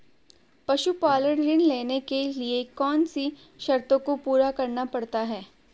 पशुपालन ऋण लेने के लिए कौन सी शर्तों को पूरा करना पड़ता है?